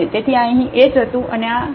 તેથી આ અહીં h હતું અને આ અહીં હતું